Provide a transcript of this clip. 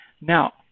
Now